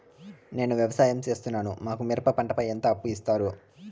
నేను వ్యవసాయం సేస్తున్నాను, మాకు మిరప పంటపై ఎంత అప్పు ఇస్తారు